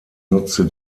nutzte